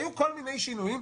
היו כל מיני שינויים,